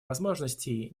возможностей